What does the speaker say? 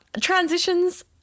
Transitions